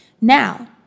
Now